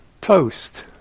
toast